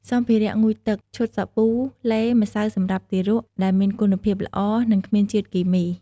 សម្ភារៈងូតទឹក ឈុតសាប៊ូ ឡេ ម្សៅសម្រាប់ទារក ដែលមានគុណភាពល្អ និងគ្មានជាតិគីមី។